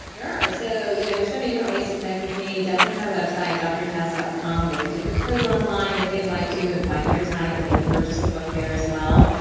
ah so you know there's so many different ways to connect with me, definitely my website doctortaz dot com. they can take the quiz online if they like to and find their type, and they can purchase the book there as well.